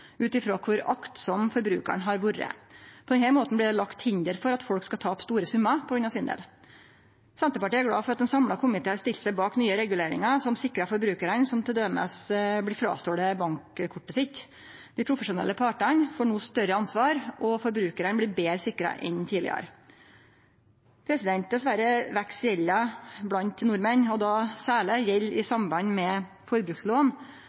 ut frå kor aktsam forbrukaren har vore. På den måten blir det lagt eit hinder mot at folk taper store summar på grunn av svindel. Senterpartiet er glad for at ein samla komité har stilt seg bak nye reguleringar som sikrar forbrukarane som t.d. blir fråstolne bankkortet sitt. Dei profesjonelle partane får no større ansvar, og forbrukarane blir betre sikra enn tidlegare. Dessverre veks gjelda blant nordmenn, og då særleg gjeld i